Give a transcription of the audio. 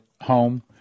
home